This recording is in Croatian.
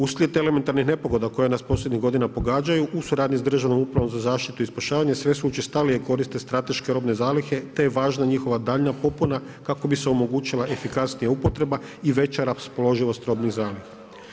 Uslijed elementarnih nepogoda koje nas posljednjih godina pogađaju u suradnji sa Državnom upravom za zaštitu i spašavanje sve se učestalije koriste strateške robne zalihe, te je važnija njihova daljnja popuna kako bi se omogućila efikasnija upotreba i veća raspoloživost robnih zaliha.